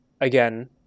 again